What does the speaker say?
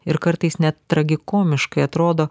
ir kartais net tragikomiškai atrodo